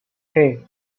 hey